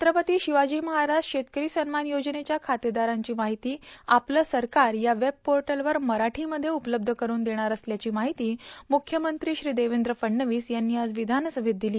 छत्रपती शिवाजी महाराज शेतकरी सन्मान योजनेच्या खातेदारांची माहिती आपलं सरकार या वेब पोर्टलवर मराठीमध्ये उपलब्ध करून देणार असल्याची माहिती मुख्यमंत्री श्री देवेंद्र फडणवीस यांनी आज विधानसभेत दिली